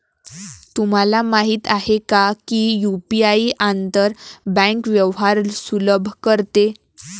तुम्हाला माहित आहे का की यु.पी.आई आंतर बँक व्यवहार सुलभ करते?